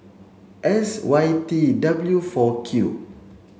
S Y T W four Q